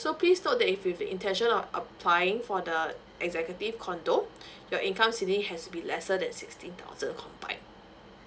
so please note that if with the intention of applying for the executive condo your income ceiling has be lesser than sixteen thousand combine